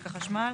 החשמל,